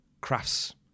crafts